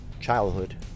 childhood